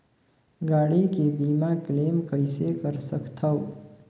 गाड़ी के बीमा क्लेम कइसे कर सकथव?